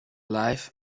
life